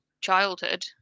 childhood